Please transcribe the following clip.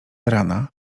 rana